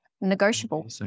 negotiable